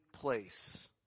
Place